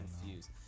confused